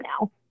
now